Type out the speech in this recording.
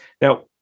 Now